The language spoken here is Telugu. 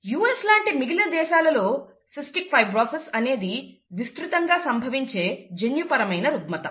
US లాంటి మిగిలిన దేశాలలో సీస్టిక్ ఫైబ్రోసిస్ అనేది విస్తృతంగా సంభవించే జన్యుపరమైన రుగ్మత